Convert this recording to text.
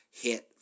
hit